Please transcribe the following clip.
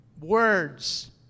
words